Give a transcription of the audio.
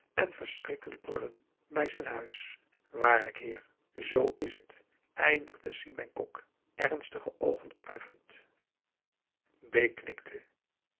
en verschrikkelijk brullen bij zijn huis waarlijk heer zoo is het eindigde si bengkok ernstige oogen opheffend